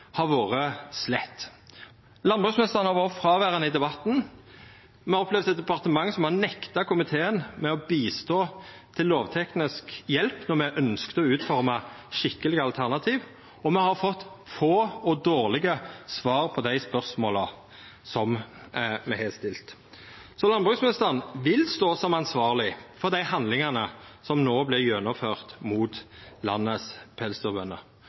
har vore slett. Landbruksministeren har vore fråverande i debatten, me har opplevd eit departement som har nekta komiteen bistand til lovteknisk hjelp då me ønskte å utforma skikkelege alternativ, og me har fått få og dårlege svar på dei spørsmåla me har stilt. Så landbruksministeren vil stå som ansvarleg for dei handlingane som no vert gjennomførte mot landets pelsdyrbønder.